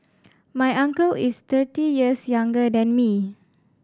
my uncle is thirty years younger than me